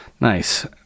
Nice